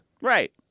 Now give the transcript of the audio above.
Right